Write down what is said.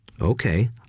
okay